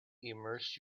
immerse